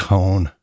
Cone